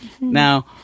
Now